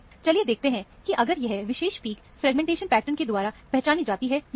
चलिए देखते हैं कि अगर यह विशेष पीक फरेगमेंटेशन पैटर्न के द्वारा पहचानी जाती है या नहीं